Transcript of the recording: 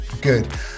good